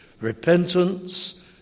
repentance